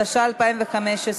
התשע"ה 2015,